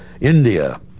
India